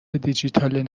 دیجیتال